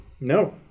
No